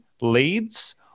leads